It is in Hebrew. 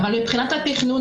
מבחינת התכנון,